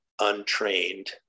untrained